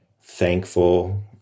thankful